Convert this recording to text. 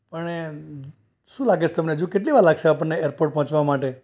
પણ એ શું લાગે છે તમને હજુ કેટલી વાર લાગશે આપણને એરપોર્ટ પહોંચવા માટે